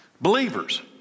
believers